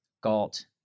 Galt